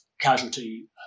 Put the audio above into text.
casualty